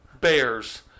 Bears